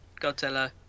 Godzilla